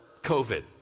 COVID